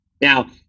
Now